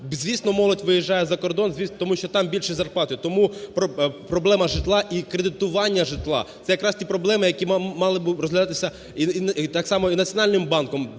Звісно, молодь виїжджає за кордон, тому що там більші зарплати. Тому проблема житла і кредитування житла – це якраз ті проблеми, які мали би розглядатися так само і Національним банком.